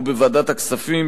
בוועדת הכספים,